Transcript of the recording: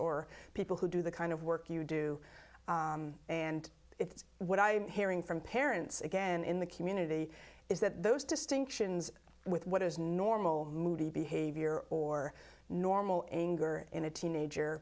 or people who do the kind of work you do and it's what i'm hearing from parents again in the community is that those distinctions with what is normal behavior or normal anger in a teenager